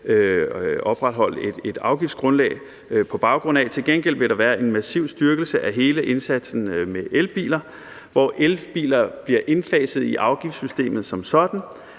opretholde et afgiftsgrundlag på. Men til gengæld vil der være en massiv styrkelse af hele indsatsen med elbiler, hvor elbiler bliver indfaset i afgiftssystemet som sådan,